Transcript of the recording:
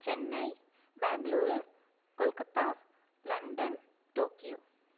Chennai Bengaluru Kolkata London Tokyo